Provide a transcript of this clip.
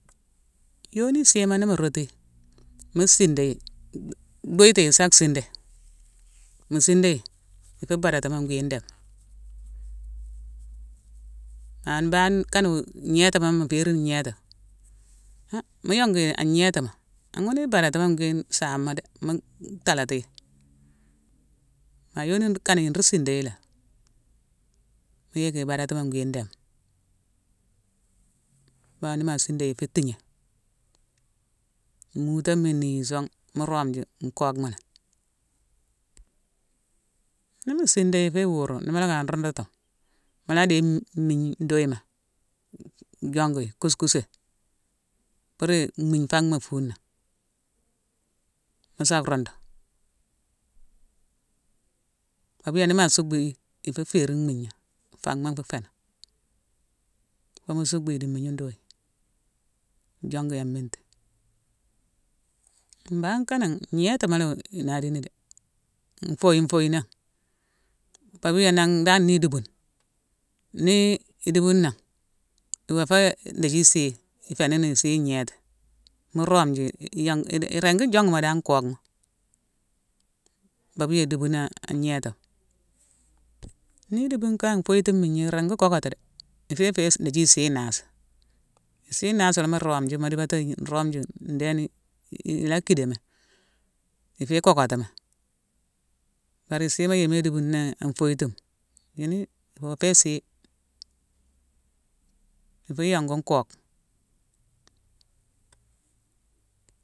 Yoni, isiima nimu roti yi, mu sinda yi, duiyetiyi, sa sinda. Mu sinda yi, ifu badatimo ngwi ndéme. Ane mbane kanowe, ngnétima mu férine ngnétima, han mu yongu yi an ngnétima, ghune i badatimo ngwi-sama dé, mu- talati yi. Ma yoni kanéye, nru sindé yiilé, mu yick i badatimo ngwi ndéme. Bao ni ma sindé yi, fu tigné. Mutooma i niyi song mu rome ji, nkockma lani. Ni mu sindé yi fé iwuru, ni mu lokh ka nrundutuma, mu la déye-m-migne nduye ma jongu yi, kuskusé. Pur- i- mhigne fam ma nfuna. Mu sa rundu. Pabia ni ma sucbu yi, ifu férine mhigna, fam ma nfu fénan. Fo mu sucbu yi di mmigne nduye ma, jongu yi an mitima. Mbangh kana ngnetima- e- e- inan di ni dé. Nfoye- nfoye- yinan. Pabia nangh dan ni idubune, nii idubune nangh, iwo fé dithi isii, i féni isii ignéti. Mu rome ji- i- i-jonk- i- régi jongumo dan nkockma. Pabia idubune an-an ngnétima. Ni idubune kan an foyetine migna, irigi kockoti dé, ifé fé- nsi- idithi isii inansi. Isii inansi nimo rome ji mu di baté- ngni- rome ji ndéne- i- i- ila kidémi, ifé kockotimi. Bari isiima yéma idubuni an foyetima, yuni iwo fé isii, ifu yongu nkock.